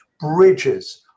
Bridges